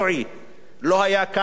לא היה כאן לא עצמאי,